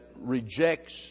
rejects